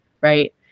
right